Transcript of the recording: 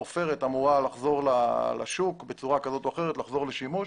העופרת אמורה לחזור לשוק בצורה כזאת או אחרת ,לחזור לשימוש,